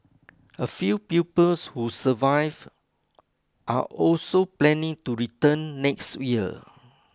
a few pupils who survive are also planning to return next year